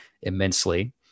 immensely